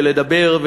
ולדבר,